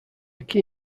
key